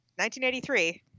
1983